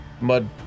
Mud